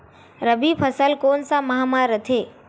रबी फसल कोन सा माह म रथे?